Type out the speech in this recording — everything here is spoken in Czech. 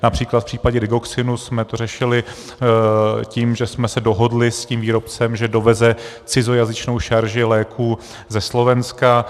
Například v případě Digoxinu jsme to řešili tím, že jsme se dohodli s tím výrobcem, že doveze cizojazyčnou šarži léků ze Slovenska.